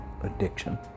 addiction